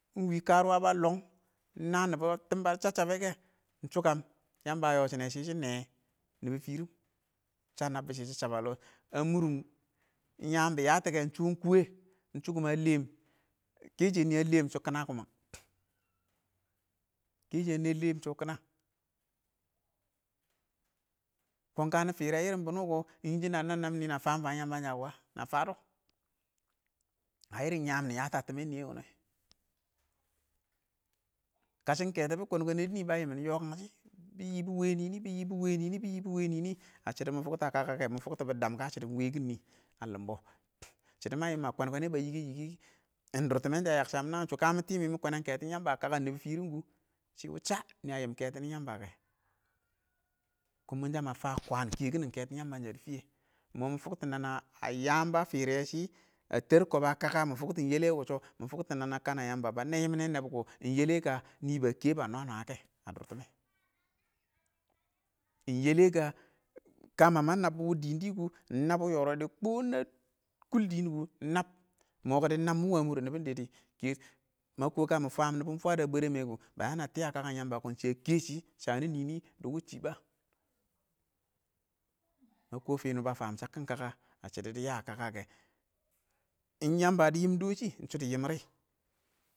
Ing wɪn kərʊwə bə lɔng ɪng na nɪbɔ tɪm ba chab-chabbɛ kɛ, ɪng shʊ kəm ,yəmbə ə yɔ shɪnɛ shɪshɪ nɛ, nɪbɪ fɪrɪm sha nabbɔ shɪ shɪ chəb ə lɔ, a mʊrɪn yəən bɪ yətɪkɛ ɪng shɔ kuwɛ ɪng shʊ a lɛɛn kɛɛshɛ nɪ a lɛɛm shɔ ɪng kənə kʊmɔ, kɛ shɛ nɪ ə lɛɛm shɔ kənə, kɔ kə ɪng nə fɪrɪ ɪng ɪrɪn bɪnʊ kɔ, yɪn shɪn nənɪ ɪng nɪ nə fam fam yəmbən sə kʊwə? na fədɔ ə ɪrɪn nyəm nɪ ya tɔ a tɪmɛnɪyɛ wɪnɛ, kəshɪ kɛtɔ bɪ kwən kwənɛ dɪ nɪ bə yɪmɪn yɔkəng shɪ bɪ yɪ bɪ wɛ nɪ nɪ bɪ yɪ bɪ wɛ nɪ nɪ,ə shɪdɔ mə fʊkttə kəkə kɛ bɪ dəm kə shɪdo wɛ kɪn nɪ a lɪmbɔ, shɪdo mə yɪɪm mə kwən-kwənɛ bə yɪkɛ-yɪkɛ nɪ kɪ ɪng dʊr tɪmɛn shɛ ə yəng shəm nəən shʊ kə mɪ tɪ mɪ mɪ kwənɛn keton yəmbə a kəkən nɪbɪ fɪrɪn kʊ, shɪ wʊ shə nɪ ə yɪm kɛtɔn ɪng yəmbə kɛ, kʊn ɪng mɔ shə mə fə kwən kɛkɪn kɛtɪn yəmbə shə dɪ fɪyɛ, ɪng mɔ mʊ fʊkto nə nə dɪ fɪrkɛ ba firye shɪ a tar kɔb ə kəkə mɪ fʊktʊ ɪng yɛlɛn tɛshɔ mɪ fʊkto nə nə kə ə yəəm bə nɛyɪ nəb kɔ ɪng yɛlɛ kə, nɪ ba kɛ ba nwə-nwə KƐ Ə dʊr tɪmmɛ, ɪng yɛlɛ kə, kə mə mə nəbbʊ wɪn dɪndɪ kʊ ɪng nabbʊ yərɔde kʊ na kʊl dɪɪn kʊ ɪng nəb, mʊ fə ɪng nəbbə mʊwə mʊrɪ nɪbʊndɪ dɪ kɛtʊ ma kʊ kə ma fəm nɪbʊn fwət yamba ə bwɛrɛ mɛ kʊ bə yə nə tɪ ə kəkən yəmbə kɔ shɪ ə kɛshɪ shənɪ nɪ nɪ dɪ wʊccɪ bə, mə kɔɔ fɪnɪ bə fəm shəkkɪn kəkə ə shɪdʊ dɪ yə ə kəkə kɛ, ɪng yəmbə dɪ yɪm dɔshɪ dɪ yɪm rɪ.